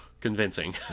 convincing